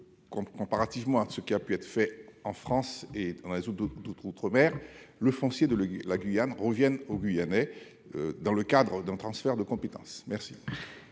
conformément à ce qui a pu être fait en France et dans d'autres territoires outre-mer, le foncier de la Guyane revienne aux Guyanais, dans le cadre d'un transfert de compétences. La